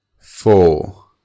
four